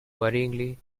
worryingly